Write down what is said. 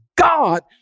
God